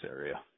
area